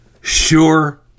sure